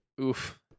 Oof